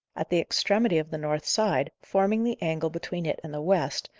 at the extremity of the north side, forming the angle between it and the west,